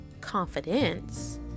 confidence